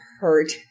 hurt